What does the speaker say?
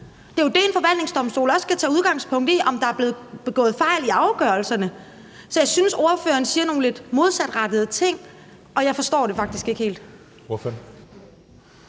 Det er jo det, en forvaltningsdomstol også skal tage udgangspunkt i, altså om der er blevet begået fejl i afgørelserne. Så jeg synes, ordføreren siger nogle lidt modsatrettede ting, og jeg forstår det faktisk ikke helt.